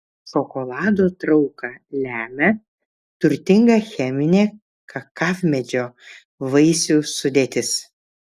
šokolado trauką lemia turtinga cheminė kakavmedžio vaisių sudėtis